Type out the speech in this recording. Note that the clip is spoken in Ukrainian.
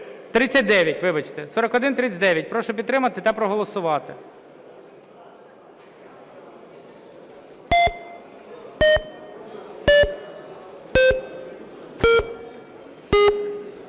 Прошу підтримати та проголосувати.